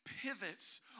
pivots